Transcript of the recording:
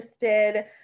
interested